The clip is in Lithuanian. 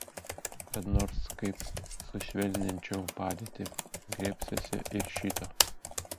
kad nors kaip sušvelninčiau padėtį griebsiuosi ir šito